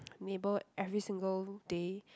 neighbour every single day